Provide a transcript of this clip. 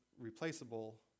replaceable